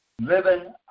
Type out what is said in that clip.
living